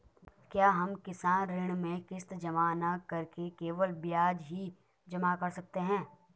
क्या हम किसान ऋण में किश्त जमा न करके केवल ब्याज ही जमा कर सकते हैं?